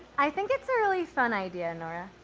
i think it's a really fun idea, nora.